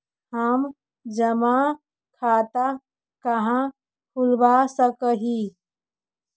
हम जमा खाता कहाँ खुलवा सक ही?